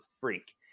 freak